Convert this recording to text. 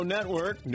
Network